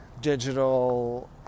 digital